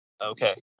Okay